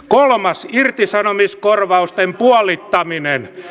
kolmas irtisanomiskorvausten puolittaminen